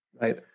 right